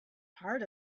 part